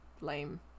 Lame